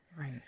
Right